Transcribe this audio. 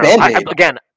again